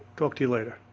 talk to you later!